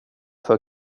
för